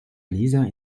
lisa